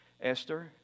Esther